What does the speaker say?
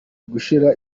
gushyira